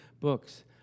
books